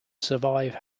survive